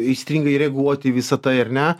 aistringai reaguot į visa tai ar ne